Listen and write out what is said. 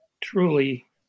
truly